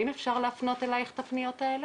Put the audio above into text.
האם אפשר להפנות אלייך את הפניות האלה?